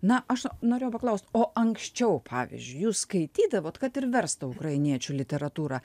na aš norėjau paklaust o anksčiau pavyzdžiui jūs skaitydavot kad ir verstą ukrainiečių literatūrą